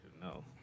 no